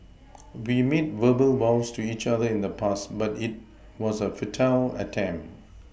we made verbal vows to each other in the past but it was a futile attempt